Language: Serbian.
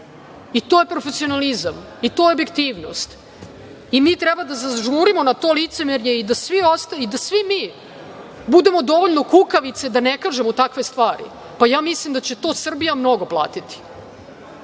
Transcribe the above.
I to je profesionalizam? I to je objektivnost? Jel mi treba da zažmurimo na to licemerje i da svi mi budemo dovoljno kukavice da ne kažemo takve stvari? Ja mislim da će to Srbija mnogo platiti. Zato